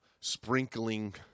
sprinkling